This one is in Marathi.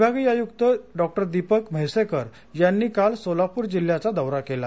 विभागीय आयुक्त दिपक म्हैसेकर यांनी काल सोलापूर जिल्ह्याचा दौरा केला